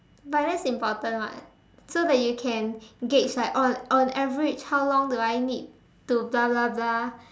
but that's important [what] so that you can gauge like on on average how long do I need to blah blah blah